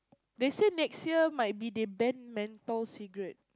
they say next year might be they ban menthol cigarette